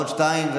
עוד שתיים,